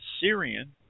Syrian